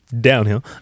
Downhill